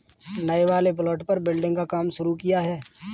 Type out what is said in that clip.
नए वाले प्लॉट पर बिल्डिंग का काम शुरू किया है